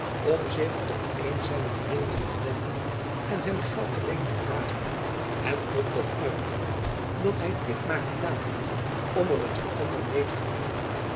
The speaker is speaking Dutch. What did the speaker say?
om zich tot een zijner vrienden te wenden en hem geld te leen te vragen het kon toch uitkomen dat hy dit maar gedaan had om er een ander mede te voldoen